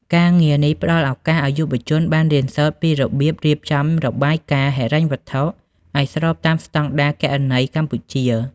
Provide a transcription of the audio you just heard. ការងារនេះផ្តល់ឱកាសឱ្យយុវជនបានរៀនសូត្រពីរបៀបរៀបចំរបាយការណ៍ហិរញ្ញវត្ថុឱ្យស្របតាមស្តង់ដារគណនេយ្យកម្ពុជា។